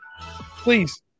please